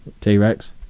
T-Rex